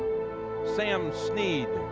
sam snead